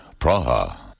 Praha. (